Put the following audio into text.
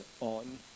on